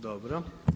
Dobro.